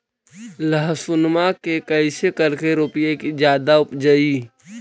लहसूनमा के कैसे करके रोपीय की जादा उपजई?